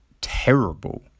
terrible